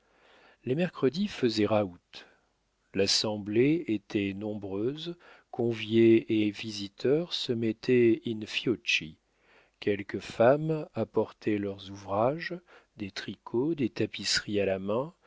les mercredis faisaient raout l'assemblée était nombreuse conviés et visiteurs se mettaient in fiocchi quelques femmes apportaient leurs ouvrages des tricots des tapisseries à la main